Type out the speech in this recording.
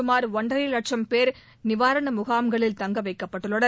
சுமார் ஒன்றரை வட்சும் பேர் நிவாரண முகாம்களில் தங்க வைக்கப்பட்டுள்ளனர்